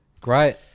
Great